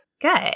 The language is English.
Good